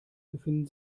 befinden